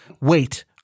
wait